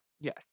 Yes